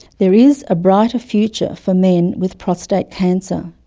there is a brighter future for men with prostate cancer.